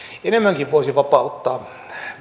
enemmänkin voisi vapauttaa